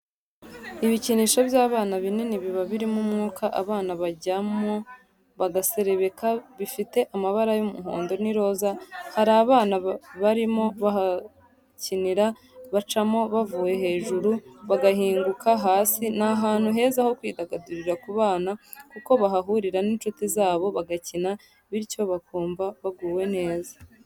Ibikinisho by'abana binini biba birimo umwuka abana bajyamo bagaserebeka, bifite amabara y'umuhondo n'iroza hari abana barimo bahakinira bacamo bavuye hejuru bagahinguka hasi ni ahantu heza ho kwidagadurira ku bana kuko bahahurira n'inshuti zabo bagakina bityo bakumva baguwe neza.